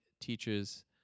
teaches